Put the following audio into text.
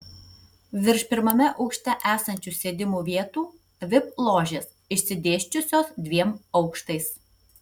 virš pirmame aukšte esančių sėdimų vietų vip ložės išsidėsčiusios dviem aukštais